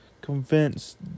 convinced